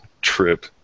trip